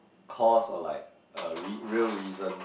cause or like uh real real reason